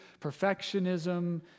perfectionism